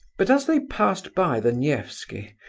but as they passed by the nevsky,